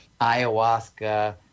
Ayahuasca